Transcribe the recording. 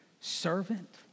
servant